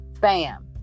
bam